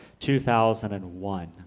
2001